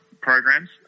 programs